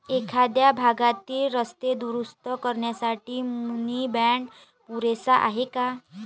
एखाद्या भागातील रस्ते दुरुस्त करण्यासाठी मुनी बाँड पुरेसा आहे का?